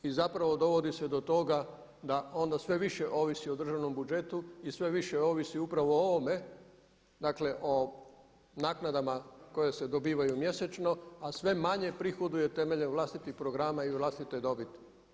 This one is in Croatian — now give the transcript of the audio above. I zapravo dovodi se do toga da onda sve više ovisi o državnom budžetu i sve više ovisi upravo o ovome, dakle o naknadama koje se dobivaju mjesečno a sve manje prihoduje temeljem vlastitih programa i vlastite dobiti.